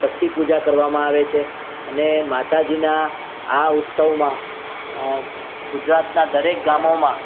શક્તિ પૂજા કરવામાં આવે છે અને માતાજીના આ ઉત્સવમાં ગુજરાતના દરેક ગામોમાં